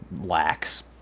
lacks